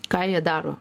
ką jie daro